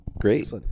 great